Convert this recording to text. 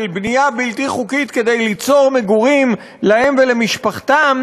בנייה בלתי חוקית כדי ליצור מגורים להם ולמשפחתם,